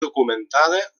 documentada